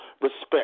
respect